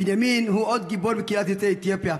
בנימין הוא עוד גיבור מקהילת יוצאי אתיופיה,